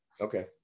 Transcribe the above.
Okay